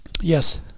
Yes